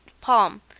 Palm